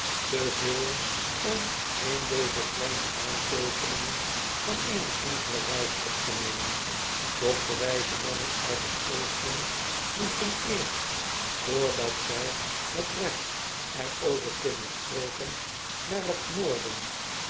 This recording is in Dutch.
veel om in deze kleine aanteekeningen van eene enkele reis op te nemen doch de wijze mannen uit t oosten moesten eerst vrdat zij met recht er over kunnen spreken naar t noorden